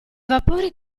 vapori